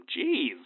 Jeez